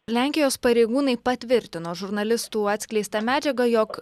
lenkijos pareigūnai patvirtino žurnalistų atskleistą medžiagą jog